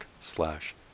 slash